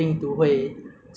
他们 lockdown 没有